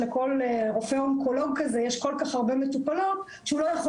לכל רופא אונקולוג כזה יש הרבה מטופלות שהוא לא יכול